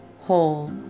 Whole